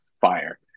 fire